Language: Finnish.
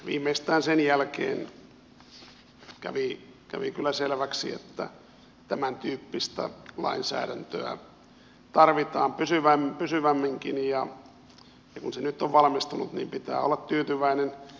viimeistään sen jälkeen kävi kyllä selväksi että tämäntyyppistä lainsäädäntöä tarvitaan pysyvämminkin ja kun se nyt on valmistunut niin pitää olla tyytyväinen